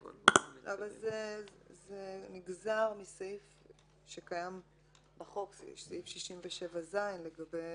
אבל זה נגזר מסעיף 67ז שקיים בחוק לגבי